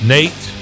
Nate